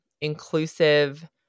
inclusive